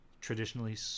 traditionally